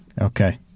Okay